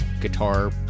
guitar